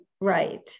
right